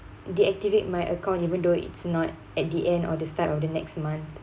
deactivate my account even though it's not at the end or the start of the next month